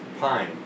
pine